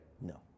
No